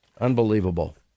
Unbelievable